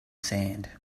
sand